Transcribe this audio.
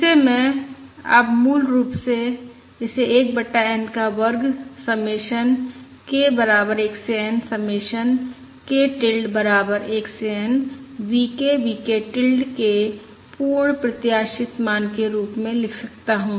जिसे मैं अब मूल रूप से इसे 1 बटा N का वर्ग समेशन k बराबर 1 से N समेशन k टिल्ड बराबर 1 से N V k V k tilde के पूर्ण प्रत्याशित मान के रूप में लिख सकता हूं